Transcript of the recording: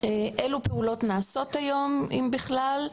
אלו פעולות נעשות היום אם בכלל,